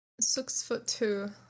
Six-foot-two